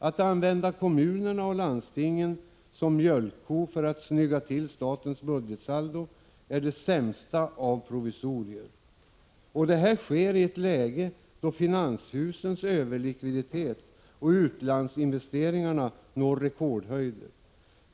Att använda kommunerna och landstingen som mjölkko för att snygga till statens budgetsaldo är det sämsta av provisorier, och det sker i ett läge då finanshusens överlikviditet och utlandsinvesteringarna når rekordhöjder.